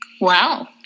Wow